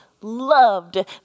loved